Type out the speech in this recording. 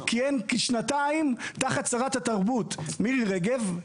כיהן כשנתיים תחת שרת התרבות מירי רגב.